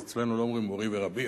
אז אצלנו לא אומרים "מורי ורבי",